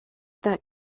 that